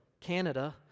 Canada